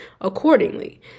accordingly